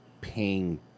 paying